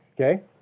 Okay